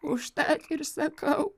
užtat ir sakau